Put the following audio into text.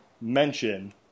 mention